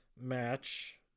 match